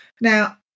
Now